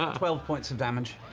ah twelve points of damage.